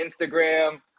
Instagram